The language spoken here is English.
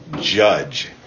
judge